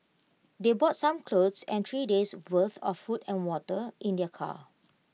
they brought some clothes and three days' worth of food and water in their car